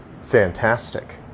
fantastic